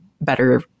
better